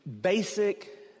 basic